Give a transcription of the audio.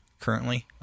currently